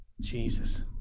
jesus